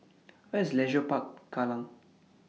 Where IS Leisure Park Kallang